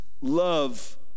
love